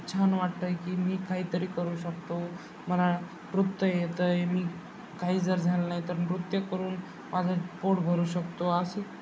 छान वाटतं आहे की मी काहीतरी करू शकतो मला नृत्य येतं आहे मी काही जर झालं नाही तर नृत्य करून माझं पोट भरू शकतो असं